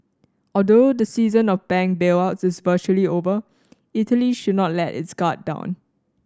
although the season of bank bailouts is virtually over Italy should not let its guard down